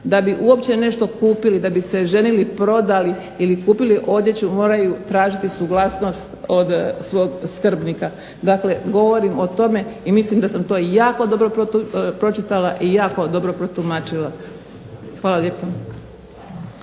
Da bi uopće nešto kupili, da bi se ženili, prodali ili kupili odjeću moraju tražiti suglasnost od svog skrbnika. Dakle, govorim o tome i mislim da sam to i jako dobro pročitala i jako dobro protumačila. Hvala lijepo.